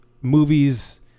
movies